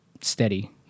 steady